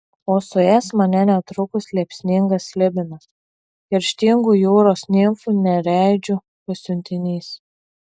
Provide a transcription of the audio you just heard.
o suės mane netrukus liepsningas slibinas kerštingų jūros nimfų nereidžių pasiuntinys